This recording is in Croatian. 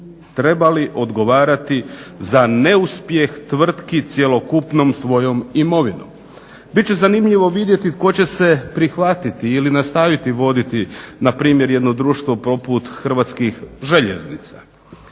trebali odgovarati za neuspjeh tvrtki cjelokupnom svojom imovinom. Bit će zanimljivo vidjeti tko će se prihvatiti ili nastaviti voditi na primjer jedno društvo poput Hrvatskih željeznica.